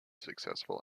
successful